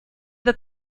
the